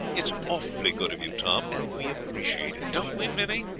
it's awfully good of you, tom, and we appreciate it don't we, minnie?